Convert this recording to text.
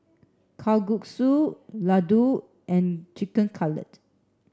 Kalguksu Ladoo and Chicken Cutlet